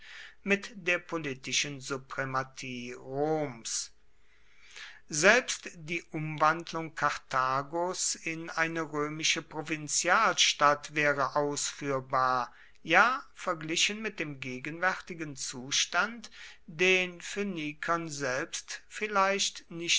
mit der politischen suprematie roms selbst die umwandlung karthagos in eine römische provinzialstadt wäre ausführbar ja verglichen mit dem gegenwärtigen zustand den phönikern selbst vielleicht